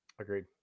Agreed